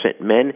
men